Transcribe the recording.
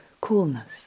coolness